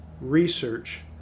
research